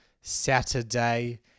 Saturday